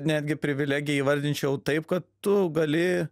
netgi privilegija įvardinčiau taip kad tu gali